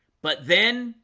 but then